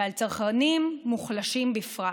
ועל צרכנים מוחלשים בפרט.